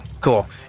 cool